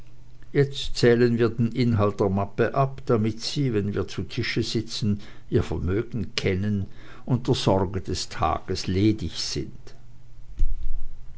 jetzt zählen wir den inhalt der mappe ab damit sie wenn wir zu tisch sitzen ihr vermögen kennen und der sorge dieses tages ledig sind